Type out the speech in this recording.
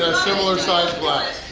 similar-sized glass.